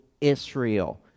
Israel